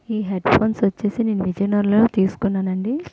ఈ headphones వచ్చేసి నేను విజయనగరంలో తీసుకున్నాను అండి